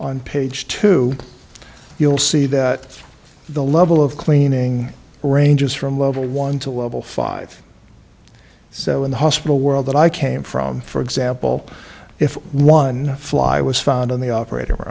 on page two you'll see that the level of cleaning ranges from level one to level five so in the hospital world that i came from for example if one fly was found on the operator